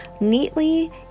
neatly